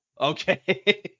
Okay